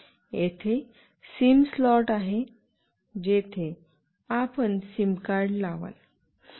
येथे SIM slot आहे जेथे आपण सिम कार्ड लावाल